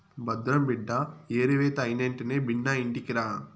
భద్రం బిడ్డా ఏరివేత అయినెంటనే బిన్నా ఇంటికిరా